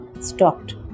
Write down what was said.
stopped